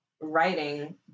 writing